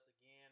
again